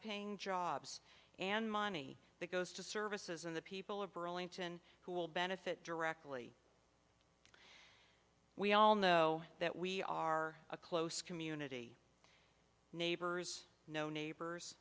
paying jobs and money that goes to services and the people of burlington who will benefit directly we all know that we are a close community neighbors no neighbors